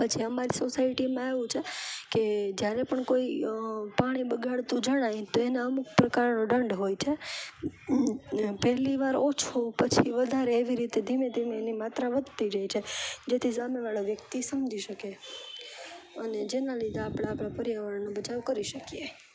પછી અમારી સોસાયટીમાં એવું છે કે જ્યારે પણ કોઈ પાણી બગાડતું જણાય તો એને અમુક પ્રકારનો દંડ હોય છે પેલીવાર ઓછો પછી વધારે એવી રીતે ધીમે ધીમે એની માત્રા વધતી જાય છે જેથી સામેવાળા વ્યક્તિ સમજી શકે અને જેના લીધે આપણે આપણા પર્યાવરણનો બચાવ કરી શકીએ